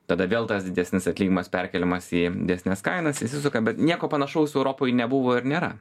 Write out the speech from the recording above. tada vėl tas didesnis atlyginimas perkeliamas į didesnes kainas įsisuka bet nieko panašaus europoj nebuvo ir nėra